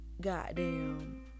goddamn